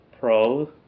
pro